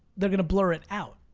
they're gonna blur it out.